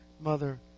mother